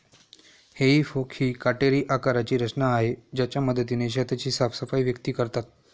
हेई फोक ही काटेरी आकाराची रचना आहे ज्याच्या मदतीने शेताची साफसफाई व्यक्ती करतात